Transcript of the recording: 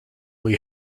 will